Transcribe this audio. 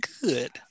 good